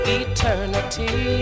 eternity